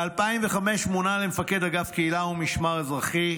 ב-2005 מונה למפקד אגף קהילה ומשמר אזרחי,